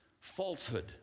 Falsehood